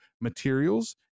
materials